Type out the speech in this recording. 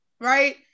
right